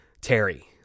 Terry